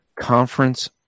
conference